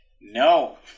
No